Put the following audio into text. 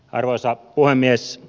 arvoisa puhemies